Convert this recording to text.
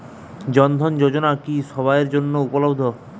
জন ধন যোজনা কি সবায়ের জন্য উপলব্ধ?